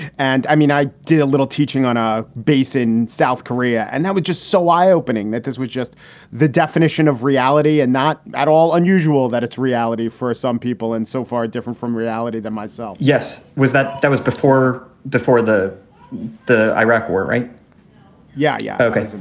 and i mean, i did a little teaching on a base in south korea and that was just so eye opening that this was just the definition of reality and not at all unusual, that it's reality for some people and so far different from reality than myself yes. was that that was before before the the iraq war. right yeah. yeah. ok, right.